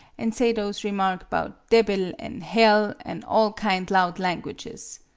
an' say those remark about debbil, an' hell, an' all kind loud languages.